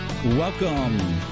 Welcome